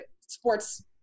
sports